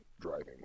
driving